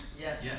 Yes